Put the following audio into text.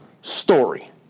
story